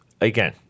again